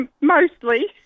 Mostly